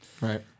Right